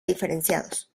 diferenciados